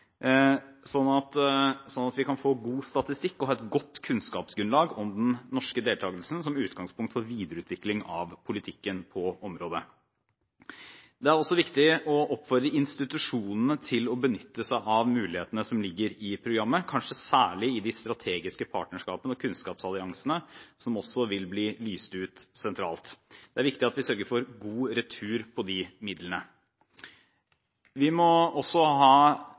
at vi kan få god statistikk og ha et godt kunnskapsgrunnlag om den norske deltagelsen som utgangspunkt for videreutvikling av politikken på området. Det er også viktig å oppfordre institusjonene til å benytte seg av mulighetene som ligger i programmet, kanskje særlig i de strategiske partnerskapene og kunnskapsalliansene, som også vil bli lyst ut sentralt. Det er viktig at vi sørger for god retur på de midlene. Vi må også ha